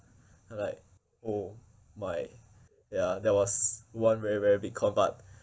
I'm like oh my ya that was one very very big con but